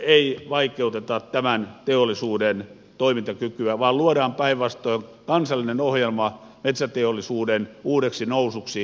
ei vaikeuteta tämän teollisuuden toimintakykyä vaan luodaan päinvastoin kansallinen ohjelma metsäteollisuuden uudeksi nousuksi tässä maassa